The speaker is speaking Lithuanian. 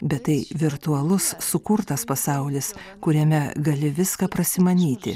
bet tai virtualus sukurtas pasaulis kuriame gali viską prasimanyti